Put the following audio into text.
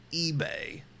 ebay